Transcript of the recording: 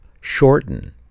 shorten